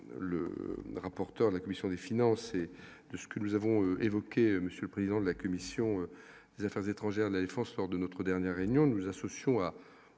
le rapporteur de la commission des finances et de ce que nous avons évoqué, monsieur le président de la commission des affaires étrangères, la défense lors de notre dernière réunion, nous associons à